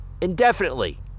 indefinitely